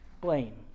blame